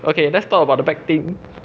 okay let's talk about the bad thing